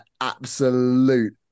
absolute